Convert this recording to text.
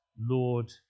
Lord